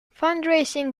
fundraising